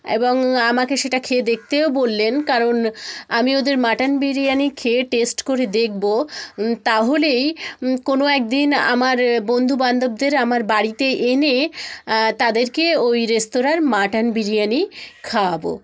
এবং আমাকে সেটা খেয়ে দেখতেও বললেন কারণ আমি ওদের মাটন বিরিয়ানি খেয়ে টেস্ট করে দেখব তাহলেই কোনো এক দিন আমার বন্ধুবান্ধবদের আমার বাড়িতে এনে তাদেরকে ওই রেস্তরাঁর মাটন বিরিয়ানি খাওয়াব